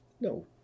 no